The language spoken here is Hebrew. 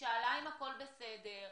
שאלה אם הכול בסדר,